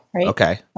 okay